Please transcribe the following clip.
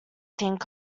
think